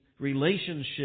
relationship